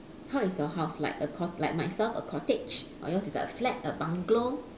how is your house like a cot~ like myself a cottage or yours is like a flat a bungalow